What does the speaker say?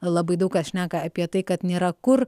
labai daug kas šneka apie tai kad nėra kur